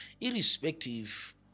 Irrespective